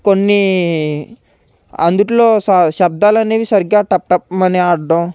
కొన్ని అందుట్లో శ శబ్ధాలనేవి సరిగ్గా టప్ టప్ మని ఆడడం